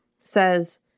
says